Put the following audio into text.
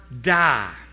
die